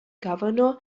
governor